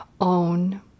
OWN